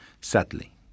sadly